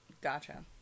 Gotcha